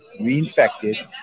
reinfected